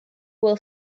will